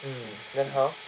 mm then how